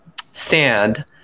sand